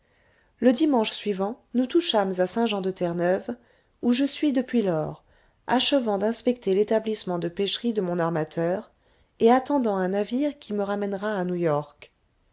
le dimanche suivant nous touchâmes à saint jean de terre neuve où je suis depuis lors achevant d'inspecter l'établissement de pêcherie de mon armateur et attendant un navire qui me ramènera à new-york